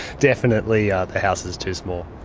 definitely the house is too small.